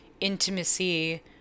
intimacy